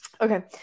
okay